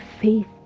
faith